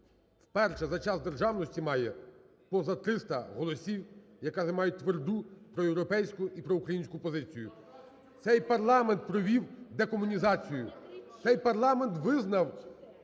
вперше за час державності має поза 300 голосів, які мають тверду проєвропейську і проукраїнську позицію. Цей парламент провів декомунізацію, цей парламент визнав